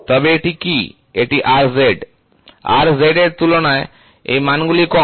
তবে এটি কি এটি Rz Rz এর তুলনায় এই মানগুলি কম